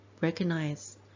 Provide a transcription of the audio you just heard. recognize